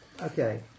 Okay